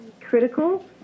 critical